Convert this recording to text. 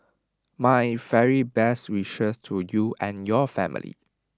my very best wishes to you and your family